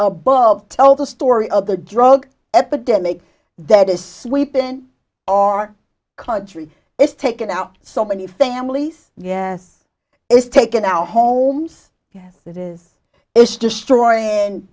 above tell the story of the drug epidemic that is sweeping our country it's taken out so many families yes it's taken our homes yes it is it's destroying and